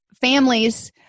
families